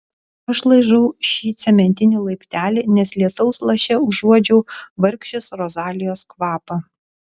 aš laižau šį cementinį laiptelį nes lietaus laše užuodžiau vargšės rozalijos kvapą